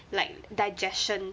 like digestion